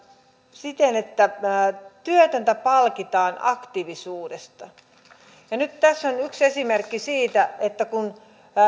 siten että työtöntä palkitaan aktiivisuudesta ja nyt tässä on yksi esimerkki siitä että kun